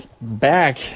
back